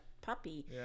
puppy